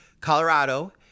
Colorado